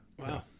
Wow